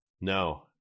No